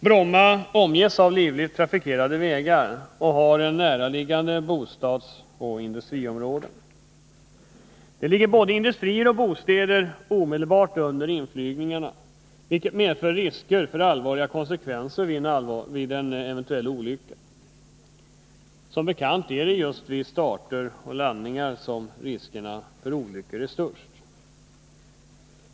Bromma omges av livligt trafikerade vägar, och i dess närhet ligger bostadsoch industriområden. Det ligger både industrier och bostäder omedelbart under inflygningarna, vilket medför risker för allvarliga konsekvenser vid en eventuell olycka. Som bekant är det just vid starter och landningar som riskerna för olyckor är störst.